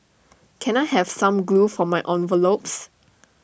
can I have some glue for my envelopes